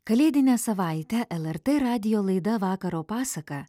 kalėdinę savaitę lrt radijo laida vakaro pasaka